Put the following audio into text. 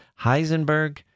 Heisenberg